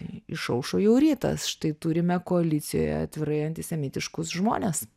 išaušo jau rytas štai turime koalicijoje atvirai antisemitiškus žmones